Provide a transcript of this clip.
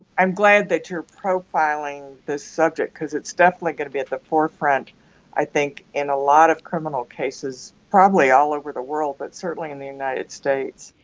i'm glad that you're profiling this subject because it's definitely going to be at the forefront i think in a lot of criminal cases, probably all over the world but certainly in the united states.